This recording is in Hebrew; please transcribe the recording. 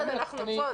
כל עוד אנחנו פה.